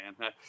man